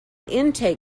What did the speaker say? intake